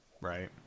Right